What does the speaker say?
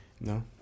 no